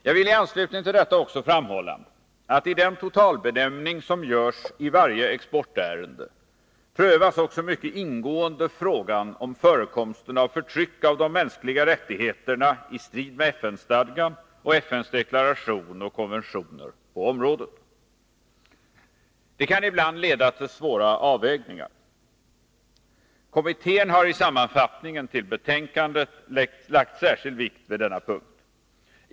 Jag villi anslutning till detta också framhålla att i den totalbedömning som görsi varje exportärende prövas mycket ingående frågan om förekomsten av förtryck av de mänskliga rättigheterna i strid med FN-stadgan och FN:s deklaration och konventioner på området. Det kan ibland leda till svåra avvägningar. Kommittén har i sammanfattningen till betänkandet lagt särskild vikt vid denna punkt.